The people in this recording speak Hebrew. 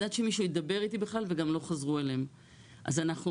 'עד שמישהו ידבר איתי בכלל' וגם לא חזרו אליהם.